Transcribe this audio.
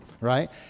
right